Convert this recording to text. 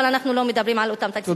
אבל אנחנו לא מדברים על אותם תקציבים.